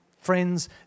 friends